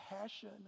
passion